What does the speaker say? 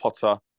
Potter